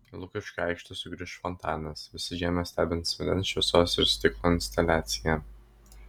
į lukiškių aikštę sugrįš fontanas visą žiemą stebins vandens šviesos ir stiklo instaliacija